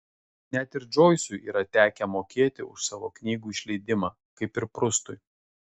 net ir džoisui yra tekę mokėti už savo knygų išleidimą kaip ir prustui